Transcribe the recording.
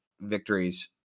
victories